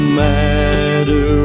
matter